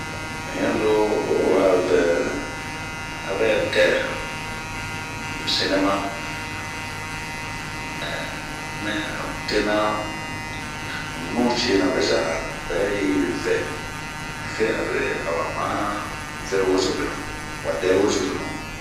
Mi ya loo wa vɛ a vɛ dɛɛ sinima mɛɛɛh, mɛh n'tena, un nu cinaa beza. n'bɛ yi vɛ, mi fe afere awa ma dɛ wozobenu, wa dɛ wozobenu.